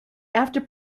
after